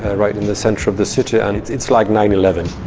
ah right in the centre of the city and it's it's like nine eleven.